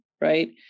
right